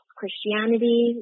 Christianity